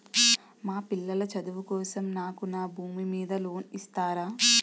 మా పిల్లల చదువు కోసం నాకు నా భూమి మీద లోన్ ఇస్తారా?